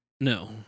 no